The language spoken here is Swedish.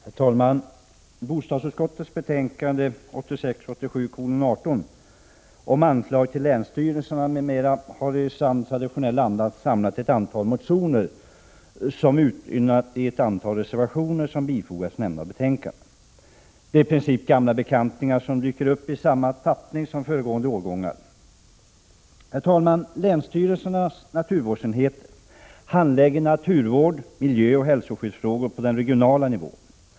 Herr talman! Bostadsutskottets betänkande 1986/87:18 om anslag till länsstyrelserna m.m. har i sant traditionell anda samlat ett antal motioner som utmynnat i ett antal reservationer som bifogats nämnda betänkande. Det är i princip gamla bekanta som dyker upp i samma tappning som föregående årgångar. Herr talman! Länsstyrelsernas naturvårdsenheter handlägger naturvård samt miljöoch hälsoskyddsfrågor på regional nivå.